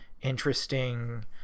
interesting